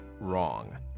Wrong